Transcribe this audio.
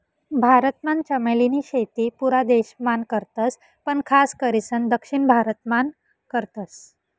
भारत मान चमेली नी शेती पुरा देश मान करतस पण खास करीसन दक्षिण भारत मान करतस